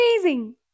amazing